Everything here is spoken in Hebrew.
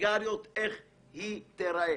סיגריות איך היא תיראה.